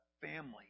family